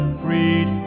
freed